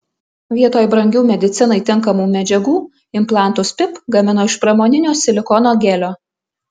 vietoj brangių medicinai tinkamų medžiagų implantus pip gamino iš pramoninio silikono gelio